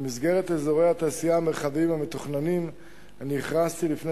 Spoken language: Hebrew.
במסגרת אזורי התעשייה המרחביים המתוכננים אני הכרזתי לפני